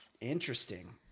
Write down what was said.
Interesting